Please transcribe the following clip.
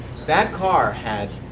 that car had